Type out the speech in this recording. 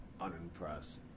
unimpressed